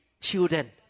children